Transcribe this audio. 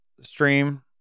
stream